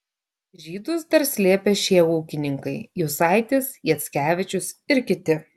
žydus dar slėpė šie ūkininkai jusaitis jackevičius ir kiti